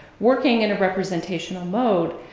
working in a representational mode,